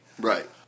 Right